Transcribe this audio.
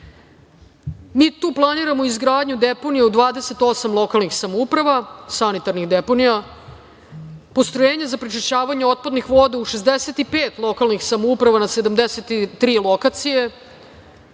Mi tu planiramo izgradnju deponija u 28 lokalnih samouprava, sanitarnih deponija, postrojenja za prečišćavanje otpadnih voda u 65 lokalnih samouprava na 73 lokacije,